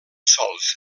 sols